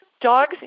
dogs